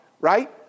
Right